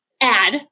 add